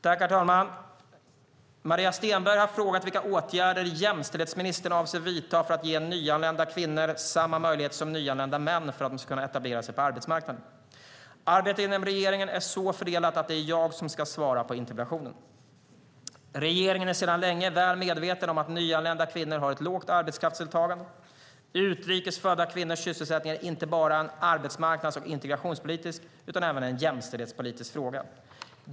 Herr talman! Maria Stenberg har frågat vilka åtgärder jämställdhetsministern avser att vidta för att ge nyanlända kvinnor samma möjligheter som nyanlända män för att de ska kunna etablera sig på arbetsmarknaden. Arbetet inom regeringen är så fördelat att det är jag som ska svara på interpellationen. Regeringen är sedan länge väl medveten om att nyanlända kvinnor har ett lågt arbetskraftsdeltagande. Utrikes födda kvinnors sysselsättning är inte bara en arbetsmarknads och integrationspolitisk utan även en jämställdhetspolitisk fråga.